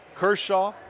Kershaw